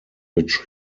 which